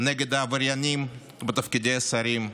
נגד העבריינים בתפקידי השרים,